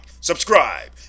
subscribe